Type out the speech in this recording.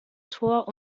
tor